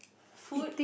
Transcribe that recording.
food